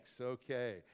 Okay